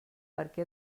perquè